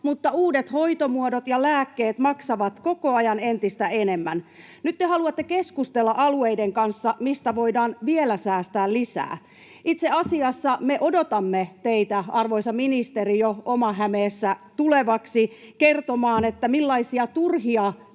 mutta uudet hoitomuodot ja lääkkeet maksavat koko ajan entistä enemmän. Nyt te haluatte keskustella alueiden kanssa, mistä voidaan vielä säästää lisää. Itse asiassa me odotamme jo Omassa Hämeessä teidän, arvoisa ministeri, tulevan kertomaan, millaisia turhia